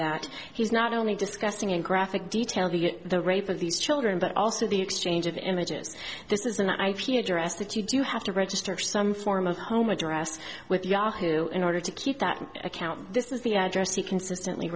that he's not only discussing in graphic detail the the rape of these children but also the exchange of images this is an ip address that you do have to register some form of home address with yahoo in order to keep that account this is the address he consistently